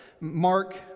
Mark